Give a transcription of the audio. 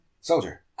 Soldier